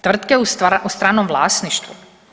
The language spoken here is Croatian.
Tvrtke u strankom vlasništvu?